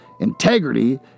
integrity